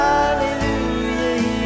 Hallelujah